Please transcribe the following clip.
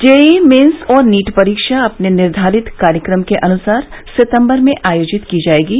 JEE mains और NEET परीक्षा अपने निर्धारित कार्यक्रम के अनुसार सितंबर में आयोजित की जाएंगी